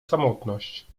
samotność